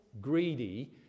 greedy